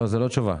זאת לא תשובה.